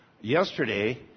yesterday